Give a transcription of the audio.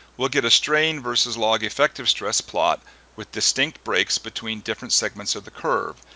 we'll get a strain versus log effective stress plot with distinct breaks between different segments of the curve.